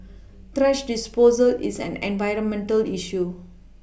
thrash disposal is an environmental issue